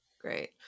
Great